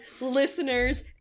listeners